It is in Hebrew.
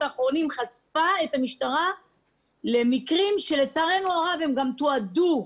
האחרונות חשפה את המשטרה למקרים שלצערנו הרב גם תועדו.